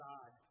God